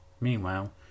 Meanwhile